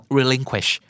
relinquish